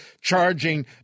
charging